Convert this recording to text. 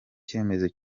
cyemezo